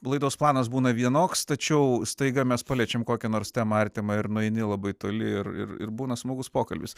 laidos planas būna vienoks tačiau staiga mes paliečiam kokia nors temą artimą ir nueini labai toli ir ir būna smagus pokalbis